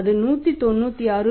அது 196